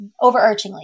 overarchingly